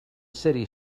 city